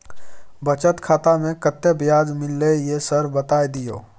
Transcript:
बचत खाता में कत्ते ब्याज मिलले ये सर बता दियो?